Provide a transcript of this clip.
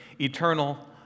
eternal